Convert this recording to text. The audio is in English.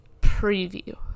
preview